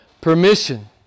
permission